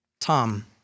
Tom